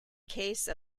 case